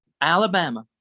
Alabama